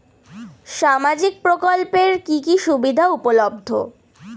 সামাজিক প্রকল্প এর কি কি সুবিধা উপলব্ধ?